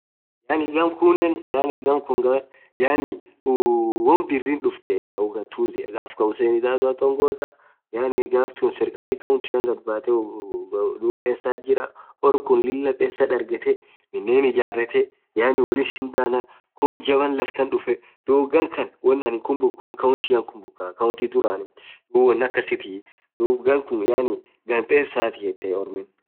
yaani ghan khun yaani ghan khun won birri dhufthee thaa ughatuzia Hussein dadoth ongozaa yaan ghafsun serkali county ghadbathe dhub pesath jiraah ormm khun Lilah pesa dharghethe minen ijarethe yaani wolin shidhan khorr jabba lafthan dhufee dhub ghakan won anin khumbuku wonn county khubukah county dhuranii dhub wonn akasithii dhub ghan khun ghan pesaathi yethe ormin